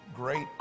great